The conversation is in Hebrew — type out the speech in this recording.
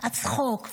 הצחוק,